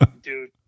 Dude